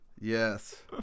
Yes